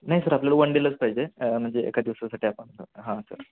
नाही सर आपल्याला वन डेलाच पाहिजे म्हणजे एका दिवसासाठी आपण हां सर